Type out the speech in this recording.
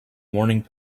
morning